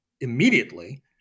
immediately